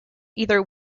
either